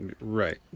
right